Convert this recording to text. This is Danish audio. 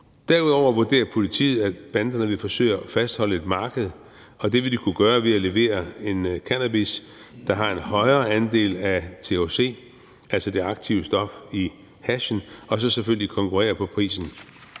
Derudover vurderer politiet, at banderne vil forsøge at fastholde et marked, og det vil de kunne gøre ved at levere en cannabis, der har en højere andel af THC, altså det aktive stof i hashen, og så selvfølgelig konkurrere på prisen.